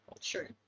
Sure